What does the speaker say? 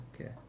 Okay